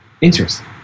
Interesting